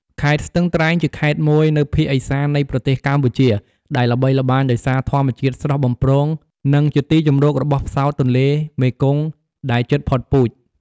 ខេត្តស្ទឹងត្រែង ជាខេត្តមួយនៅភាគឦសាននៃប្រទេសកម្ពុជា ដែលល្បីល្បាញដោយសារធម្មជាតិស្រស់បំព្រង និងជាទីជម្រករបស់ផ្សោតទន្លេមេគង្គដែលជិតផុតពូជ។